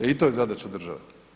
E i to je zadaća države.